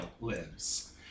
lives